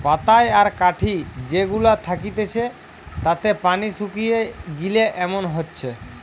পাতায় আর কাঠি যে গুলা থাকতিছে তাতে পানি শুকিয়ে গিলে এমন হচ্ছে